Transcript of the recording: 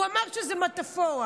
הוא אמר שזו מטפורה.